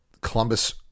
Columbus